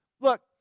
look